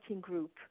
group